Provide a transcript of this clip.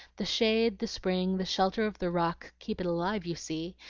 the shade, the spring, the shelter of the rock, keep it alive, you see,